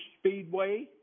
Speedway